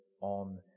on